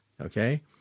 Okay